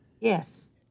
Yes